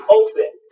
open